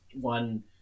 one